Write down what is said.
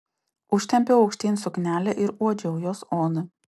užtempiau aukštyn suknelę ir uodžiau jos odą